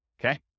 okay